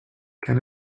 can